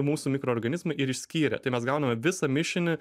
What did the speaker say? mūsų mikroorganizmai ir išskyrė tai mes gauname visą mišinį